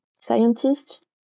scientist